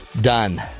done